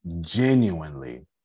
genuinely